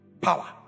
power